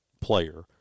player